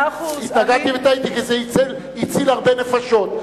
התנגדתי וטעיתי כי זה הציל הרבה נפשות.